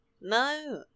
No